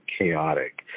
chaotic